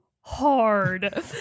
hard